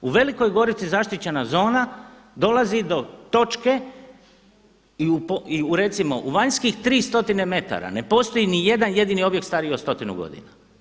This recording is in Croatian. U Velikoj Gorici zaštićena zona dolazi do točke i u recimo u vanjskih 3 stotine metara ne postoji niti jedan jedini objekt stariji od stotinu godina.